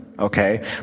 Okay